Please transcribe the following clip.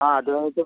ആ അതുമായിട്ടും